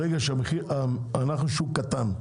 אנחנו שוק קטן,